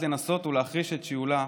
כדי לנסות להחריש את שיעולה,